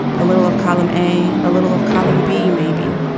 a little of column, a a little of column b, maybe.